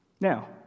Now